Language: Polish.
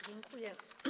Dziękuję.